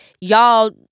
Y'all